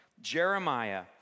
Jeremiah